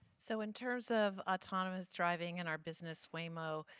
so in terms of autonomous driving and our business waymo,